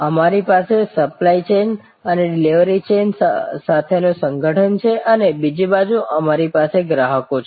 અમારી પાસે supply chain અને ડિલિવરી ચેઇન સાથેનું સંગઠન છે અને બીજી બાજુ અમારી પાસે ગ્રાહકો છે